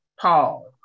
Paul